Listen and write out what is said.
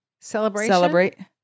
Celebration